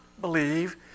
believe